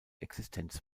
existenz